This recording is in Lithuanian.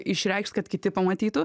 išreikšt kad kiti pamatytų